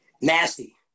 Nasty